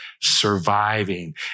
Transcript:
surviving